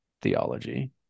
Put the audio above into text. theology